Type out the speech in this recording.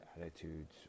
attitudes